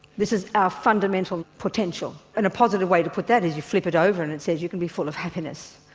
this is our fundamental potential. and a positive way to put that is you flip it over and it says you can be full of happiness.